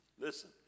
Listen